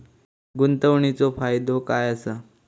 गुंतवणीचो फायदो काय असा?